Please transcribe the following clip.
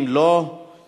אם הוא איננו,